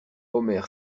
omer